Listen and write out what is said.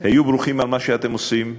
היו ברוכים על מה שאתם עושים,